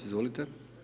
Izvolite.